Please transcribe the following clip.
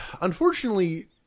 unfortunately